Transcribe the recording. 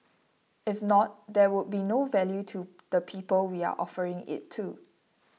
if not there would be no value to the people we are offering it to